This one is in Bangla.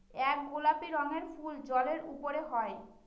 এক গোলাপি রঙের ফুল জলের উপরে হয়